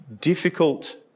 difficult